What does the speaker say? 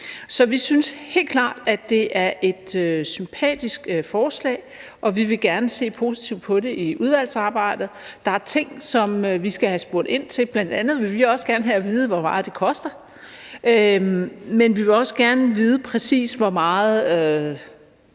Så vi synes helt klart, at det er et sympatisk forslag, og vi vil gerne se positivt på det i udvalgsarbejdet. Der er ting, vi skal have spurgt ind til. Bl.a. vil vi også gerne have at vide, hvor meget det koster. Men vi vil også gerne vide præcis, hvor meget